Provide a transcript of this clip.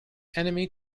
enemy